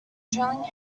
trailing